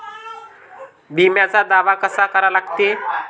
बिम्याचा दावा कसा करा लागते?